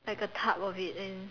like a tub of it and